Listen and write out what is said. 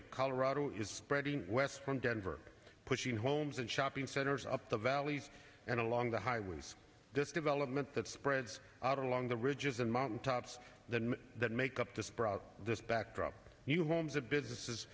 the colorado is spreading west from denver pushing homes and shopping centers up the valleys and along the highways this development that spreads out along the ridges and mountain tops that make up this broad this backdrop new homes and businesses